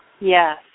Yes